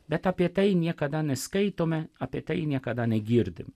bet apie tai niekada neskaitome apie tai niekada negirdim